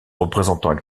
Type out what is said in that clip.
représentant